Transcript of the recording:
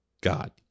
God